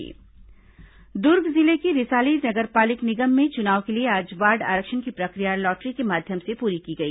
नगर पालिका आरक्षण दुर्ग जिले के रिसाली नगर पालिक निगम में चुनाव के लिए आज वार्ड आरक्षण की प्रक्रिया लॉटरी के माध्यम से परी की गई